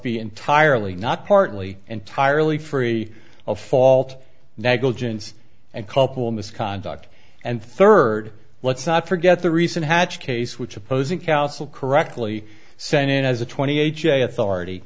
be entirely not partly entirely free of fault negligence and couple misconduct and third let's not forget the recent hatch case which opposing counsel correctly sent in has a twenty ha authority